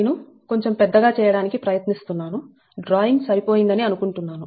నేను కొంచెం పెద్దగా చేయడానికి ప్రయత్నిస్తున్నాను డ్రాయింగ్ సరిపోయిందని అనుకుంటున్నాను